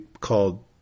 called